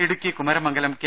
Idukki Kumaramangalam K